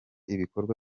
ibikorwa